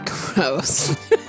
Gross